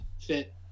Fit